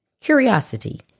curiosity